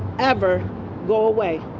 ever go away.